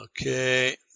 Okay